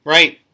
Right